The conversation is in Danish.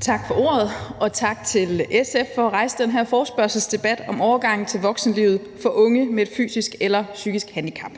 Tak for ordet. Og tak til SF for at rejse den her forespørgselsdebat om overgangen til voksenlivet for unge med et fysisk eller psykisk handicap,